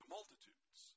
multitudes